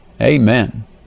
Amen